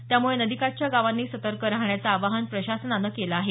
त्यामुळे नदीकाठच्या गावांनी सतर्क राहण्याचं आवाहन प्रशासनानं केलं आहे